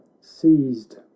seized